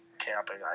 camping